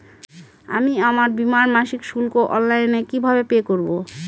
আমি কি আমার বীমার মাসিক শুল্ক অনলাইনে কিভাবে পে করব?